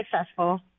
successful